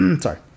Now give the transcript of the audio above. sorry